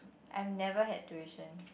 I had never had tuition